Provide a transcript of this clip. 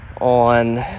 On